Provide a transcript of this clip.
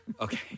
Okay